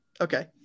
Okay